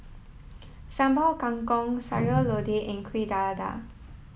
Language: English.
Sambal Kangkong Sayur Lodeh and Kueh Dadar